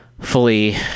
fully